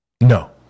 No